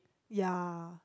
ya